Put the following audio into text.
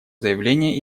заявление